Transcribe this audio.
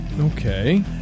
Okay